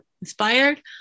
inspired